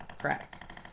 crack